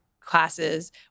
classes